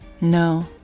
No